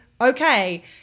okay